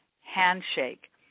Handshake